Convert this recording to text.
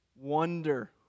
wonder